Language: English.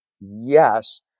yes